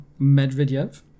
Medvedev